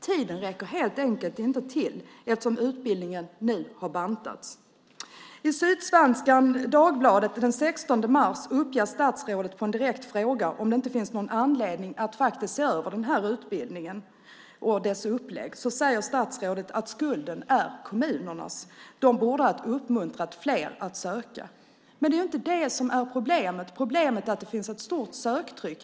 Tiden räcker helt enkelt inte till, eftersom utbildningen nu har bantats. I Sydsvenska Dagbladet den 16 mars svarar statsrådet på en direkt fråga om det inte finns någon anledning att se över utbildningen och dess upplägg att skulden är kommunernas. De borde ha uppmuntrat fler att söka. Men det är inte det som är problemet. Det finns ett stort söktryck.